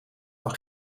van